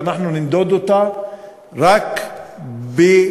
ואנחנו נמדוד אותה רק לפי,